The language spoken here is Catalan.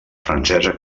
francesa